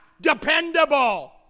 dependable